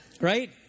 Right